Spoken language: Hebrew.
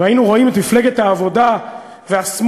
והיינו רואים את מפלגת העבודה והשמאל,